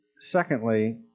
secondly